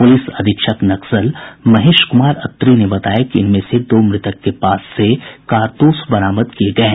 police अधीक्षक नक्सल महेश कुमार अत्री ने बताया कि इनमें से दो मृतक के पास से कारतूस बरामद किये गये हैं